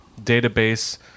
database